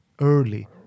early